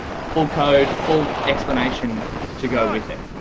full code full explanation to go with it.